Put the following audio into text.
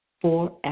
forever